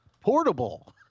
Portable